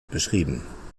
beschrieben